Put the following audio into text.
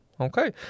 Okay